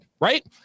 right